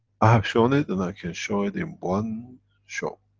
i have shown it, and i can show it in one show.